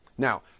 Now